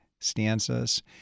stanzas